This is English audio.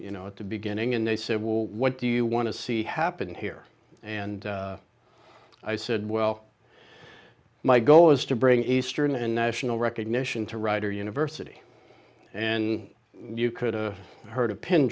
you know at the beginning and they said what do you want to see happen here and i said well my goal is to bring eastern and national recognition to ryder university in you could a heard a pin